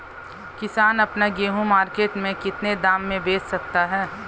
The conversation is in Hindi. किसान अपना गेहूँ मार्केट में कितने दाम में बेच सकता है?